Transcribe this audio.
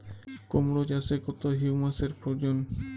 কুড়মো চাষে কত হিউমাসের প্রয়োজন?